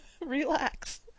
Relax